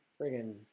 Friggin